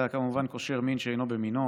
אתה כמובן קושר מין בשאינו מינו,